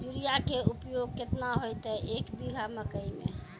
Urea के उपयोग केतना होइतै, एक बीघा मकई मे?